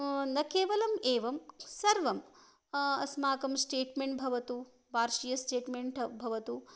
न केवलम् एवं सर्वं अस्माकं स्टेट्मेण्ट् भवतु वार्षीय स्टेट्मेण्ट् भवतु